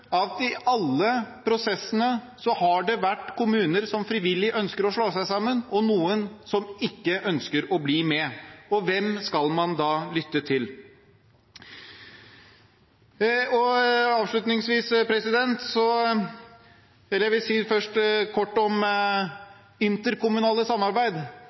at i alle prosessene har det vært kommuner som frivillig ønsker å slå seg sammen, og noen som ikke ønsker å bli med. Hvem skal man da lytte til? Så kort om interkommunale samarbeid: